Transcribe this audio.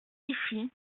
ici